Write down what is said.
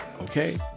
okay